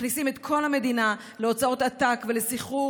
מכניסים את כל המדינה להוצאות עתק ולסחרור,